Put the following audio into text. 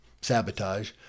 sabotage